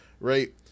right